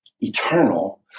eternal